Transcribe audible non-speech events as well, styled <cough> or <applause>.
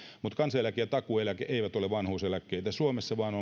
mutta kansaneläke ja takuueläke eivät ole vanhuuseläkkeitä suomessa vaan <unintelligible>